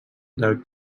del